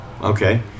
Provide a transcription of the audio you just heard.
Okay